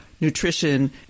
nutrition